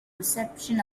reception